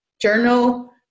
journal